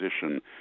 position